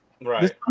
Right